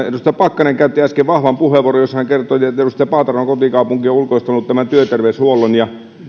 edustaja pakkanen käytti äsken vahvan puheenvuoron jossa hän kertoi että edustaja paateron kotikaupunki on ulkoistanut tämän työterveyshuollon ja